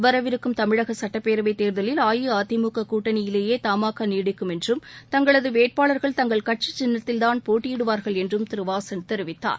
வரவிருக்கும் தமிழக சட்டப்பேரவை தேர்தலில் அ இ அ தி மு க கூட்டணியிலேயே த மா கா நீடிக்கும் என்றும் தங்கள்து வேட்பாளா்கள் தங்கள் கட்சி சின்னத்தில் தான் போட்டியிடுவாா்கள் என்றும் திரு வாசன் தெரிவித்தார்